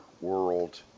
world